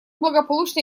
благополучно